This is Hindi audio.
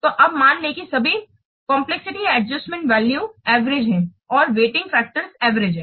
तो और मान लें कि सभी कम्प्लेक्सिटी एडजस्टमेंट वैल्यू एवरेज हैं और वेइटिंग फैक्टर्स एवरेज हैं